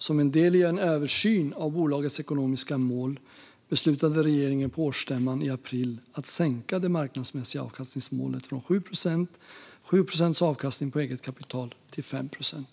Som en del i en översyn av bolagets ekonomiska mål beslutade regeringen på årsstämman i april att sänka det marknadsmässiga avkastningsmålet från 7 procents avkastning på eget kapital till 5 procent.